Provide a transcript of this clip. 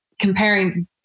comparing